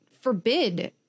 forbid